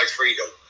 Freedom